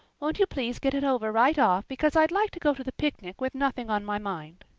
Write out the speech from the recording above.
won't you please get it over right off because i'd like to go to the picnic with nothing on my mind.